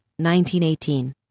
1918